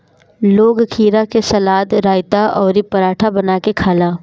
लोग खीरा से सलाद, रायता अउरी पराठा बना के खाला